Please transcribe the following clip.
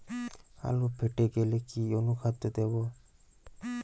আলু ফেটে গেলে কি অনুখাদ্য দেবো?